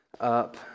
up